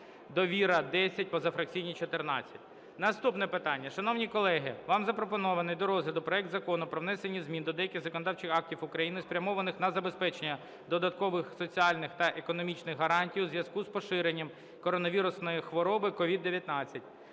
"Довіра" – 10, позафракційні – 14. Наступне питання. Шановні колеги, вам запропонований до розгляду проект Закону про внесення змін до деяких законодавчих актів України, спрямованих на забезпечення додаткових соціальних та економічних гарантій у зв'язку з поширенням коронавірусної хвороби (COVID-2019)